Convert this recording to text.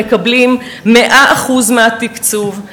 שמקבלים 100% של התקצוב,